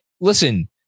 listen